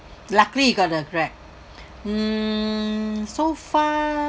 luckily you got the correct mm so far